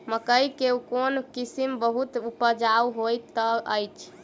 मकई केँ कोण किसिम बहुत उपजाउ होए तऽ अछि?